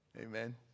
Amen